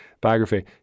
biography